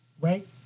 Right